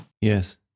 Yes